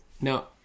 now